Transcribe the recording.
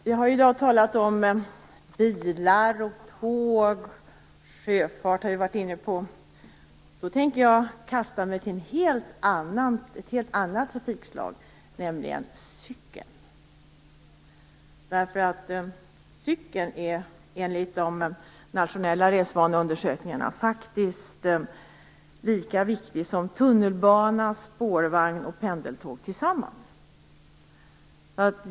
Fru talman! Det har i dag talats om bilar och om tåg, och vi har varit inne på sjöfart. Jag tänker ta upp ett helt annat trafikmedel, nämligen cykeln. Cykeln är enligt de nationella resvaneundersökningarna faktiskt lika viktig som tunnelbana, spårvagn och pendeltåg tillsammans.